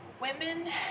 Women